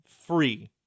free